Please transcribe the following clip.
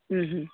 ಹ್ಞೂ ಹ್ಞೂ